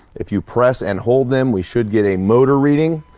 if you press and hold them we should get a motor reading.